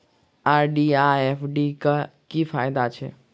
RD आ FD क की फायदा छै?